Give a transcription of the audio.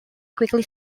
quickly